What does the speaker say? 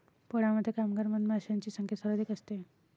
पोळ्यामध्ये कामगार मधमाशांची संख्या सर्वाधिक असते